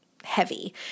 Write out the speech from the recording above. heavy